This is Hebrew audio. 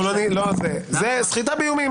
זה סחיטה באיומים.